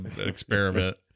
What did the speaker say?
experiment